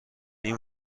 این